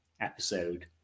episode